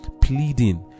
pleading